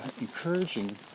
encouraging